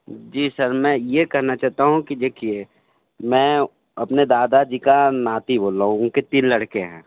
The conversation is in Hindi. जी सर मैं ये कहना चहता हूँ कि देखिए मैं अपने दादाजी का नाती बोल रहा हूँ उनके तीन लड़के हैं